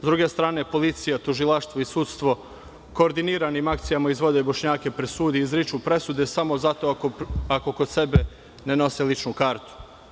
S druge strane policija, tužilaštvo i sudstvo koordiniranim akcijama izvode Bošnjake pred sud i izriču posude, samo zato ako kod sebe ne nose ličnu kartu.